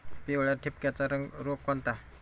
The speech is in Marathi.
पिवळ्या ठिपक्याचा रोग कोणता?